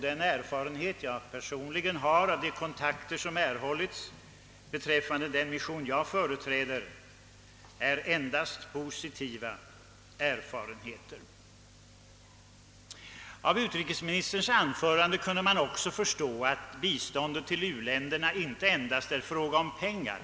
Den erfarenhet jag personligen har av de kontakter som etablerats beträffande den mission som jag företräder är uteslutande av positivt slag. Av utrikesministerns anförande framgick också att biståndet till u-länderna inte bara är en fråga om pengar.